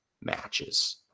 matches